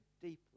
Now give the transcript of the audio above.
deeply